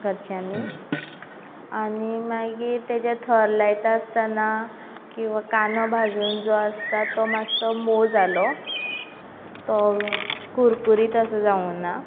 घरच्यांनी आनी मागीर तेचे थोर लायता आसतना किंवा कांदो भाजून जो आसता तो मातसो मोव जालो तो कुरकुरीत असो जावूना